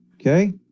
Okay